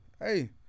hey